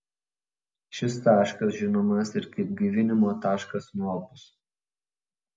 šis taškas žinomas ir kaip gaivinimo taškas nualpus